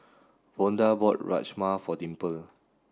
Vonda bought Rajma for Dimple